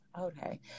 Okay